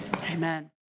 Amen